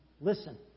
Listen